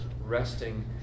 resting